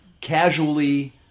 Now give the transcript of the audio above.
casually